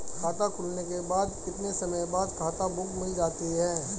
खाता खुलने के कितने समय बाद खाता बुक मिल जाती है?